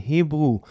Hebrew